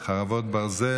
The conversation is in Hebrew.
לעניין חוק התקציב לשנת 2024)